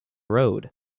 road